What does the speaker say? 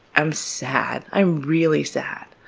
i'm sad. i'm really sad.